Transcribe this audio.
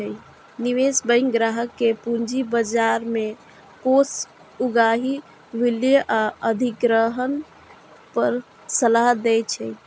निवेश बैंक ग्राहक कें पूंजी बाजार सं कोष उगाही, विलय आ अधिग्रहण पर सलाह दै छै